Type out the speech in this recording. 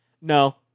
No